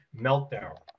meltdown